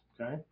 Okay